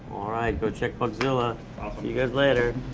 go check bugzilla. ah see you guys later.